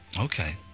Okay